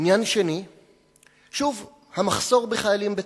עניין שני, שוב, המחסור בחיילים בצה"ל.